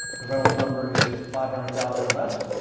the reynolds number is five hundred thousand or less,